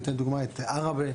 ניתן דוגמה את עראבה,